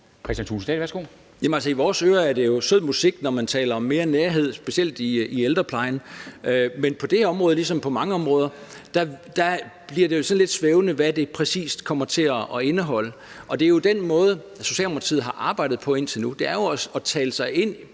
Kristian Thulesen Dahl (DF): I vores ører er det jo sød musik, når man taler om mere nærhed, specielt i ældreplejen. Men på det område ligesom på mange andre områder bliver det jo sådan lidt svævende, hvad det præcis kommer til at indeholde. Det er jo den måde, Socialdemokratiet har arbejdet på indtil nu. Man har forsøgt at tale sig ind